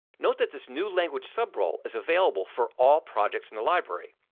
note that this new language sub-role is available for all projects in the library.